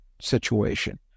situation